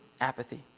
apathy